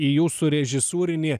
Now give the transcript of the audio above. į jūsų režisūrinį